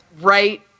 right